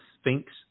Sphinx